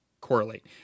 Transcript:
correlate